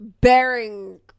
bearing